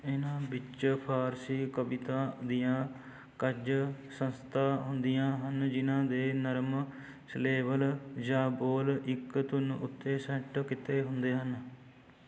ਇਹਨਾਂ ਵਿੱਚ ਫ਼ਾਰਸੀ ਕਵਿਤਾ ਦੀਆਂ ਕੁਝ ਸੰਸਥਾ ਹੁੰਦੀਆਂ ਹਨ ਜਿਨ੍ਹਾਂ ਦੇ ਨਰਮ ਸਿਲੇਬਲ ਜਾਂ ਬੋਲ ਇੱਕ ਧੁਨ ਉੱਤੇ ਸੈੱਟ ਕੀਤੇ ਹੁੰਦੇ ਹਨ